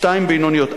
שתיים בינוניות.